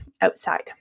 outside